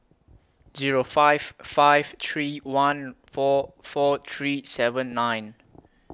Zero five five three one four four three seven nine